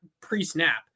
pre-snap